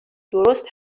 درست